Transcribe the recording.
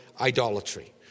idolatry